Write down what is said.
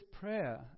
prayer